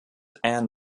ann